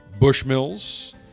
Bushmills